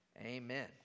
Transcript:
Amen